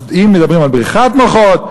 אז אם מדברים על בריחת מוחות,